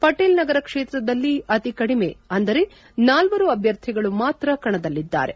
ಪಟೇಲ್ ನಗರ ಕ್ಷೇತ್ರದಲ್ಲಿ ಅತಿ ಕಡಿಮೆ ಅಂದರೆ ನಾಲ್ವರು ಅಭ್ಯರ್ಥಿಗಳು ಮಾತ್ರ ಕಣದಲ್ಲಿದ್ಲಾರೆ